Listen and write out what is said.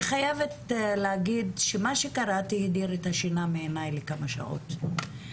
חייבת להגיד שמה שקראתי הדיר שינה מעיניי לכמה שעות.